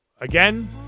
again